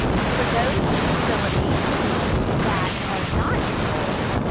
for those facilities that are not enrolled,